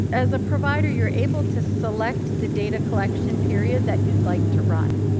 as a provider, you're able to select the data collection period that you'd like to run.